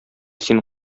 син